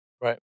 Right